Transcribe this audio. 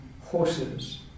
horses